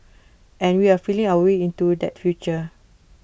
and we're feeling our way into that future